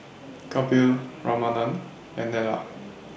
Kapil Ramanand and Neila